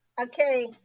Okay